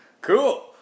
Cool